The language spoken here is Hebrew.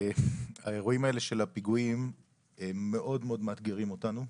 האירועים של הפיגועים מאוד מאתגרים אותנו.